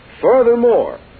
Furthermore